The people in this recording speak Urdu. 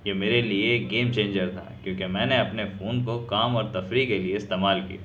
یہ میرے لیے ایک گیم چینجر تھا کیونکہ میں نے اپنے فون کو کام اور تفریح کے لیے استعمال کیا